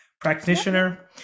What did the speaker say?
practitioner